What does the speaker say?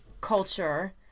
culture